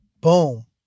Boom